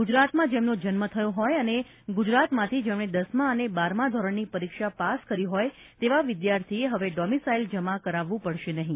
ગુજરાતમાં જેમનો જન્મ થયો હોય અને ગુજરાતમાંથી જેમણે દસમાં અને બારમાં ધોરણની પરીક્ષા પાસ કરી હોય તેવા વિદ્યાર્થીએ હવે ડોમિસાઇલ જમા કરાવવું પડશે નહીં